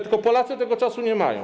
Tylko Polacy tego czasu nie mają.